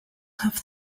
have